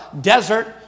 Desert